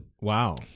Wow